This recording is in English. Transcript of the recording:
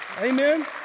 Amen